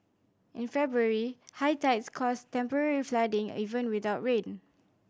in February high tides caused temporary flooding even without rain